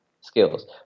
skills